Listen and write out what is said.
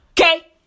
Okay